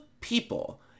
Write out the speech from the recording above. people